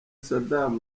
saddam